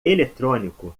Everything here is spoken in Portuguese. eletrônico